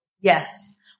Yes